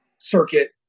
circuit